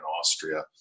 Austria